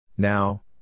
Now